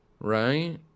Right